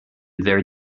their